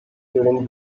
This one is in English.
during